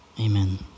Amen